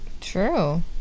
True